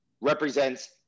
represents